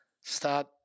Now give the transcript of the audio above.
start